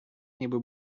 ніби